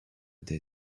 their